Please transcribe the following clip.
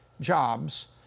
jobs